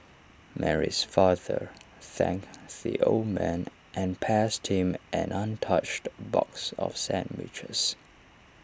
Mary's father thanked the old man and passed him an untouched box of sandwiches